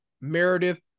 Meredith